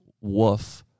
Woof